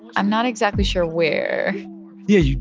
i'm not exactly sure where yeah,